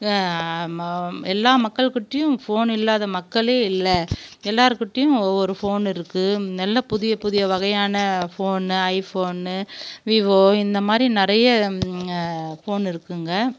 ம எல்லா மக்கள் கிட்டேயும் ஃபோன் இல்லாத மக்களே இல்லை எல்லாேர் கிட்டேயும் ஒவ்வொரு ஃபோன் இருக்குது நல்ல புதிய புதிய வகையான ஃபோனு ஐஃபோனு விவோ இந்தமாதிரி நிறைய ஃபோன் இருக்குதுங்க